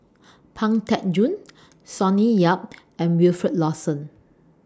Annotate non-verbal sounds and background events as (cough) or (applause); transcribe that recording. Pang Teck Joon (noise) Sonny Yap and Wilfed Lawson